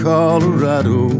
Colorado